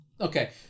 Okay